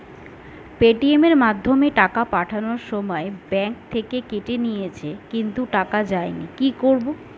Paytm এর মাধ্যমে টাকা পাঠানোর সময় ব্যাংক থেকে কেটে নিয়েছে কিন্তু টাকা যায়নি কি করব?